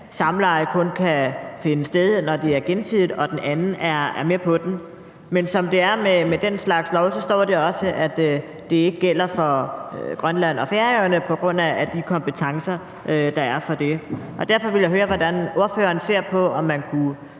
samleje kun kan finde sted, når ønsket er gensidigt og begge parter er med på det. Men som det er med den slags lovgivning, står der også, at det ikke gælder for Grønland og Færøerne på grund af de kompetencer, der er givet dér. Derfor vil jeg høre, hvordan ordføreren ser på, om man kunne